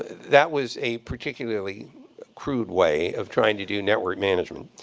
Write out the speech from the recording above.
that was a particularly crude way of trying to do network management.